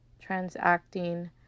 transacting